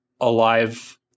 alive